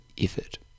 effort